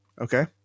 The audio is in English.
Okay